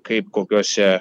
kaip kokiose